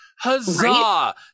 Huzzah